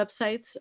websites